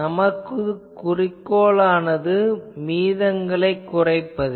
நமது குறிக்கோளானது மீதங்களைக் குறைப்பதே